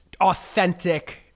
authentic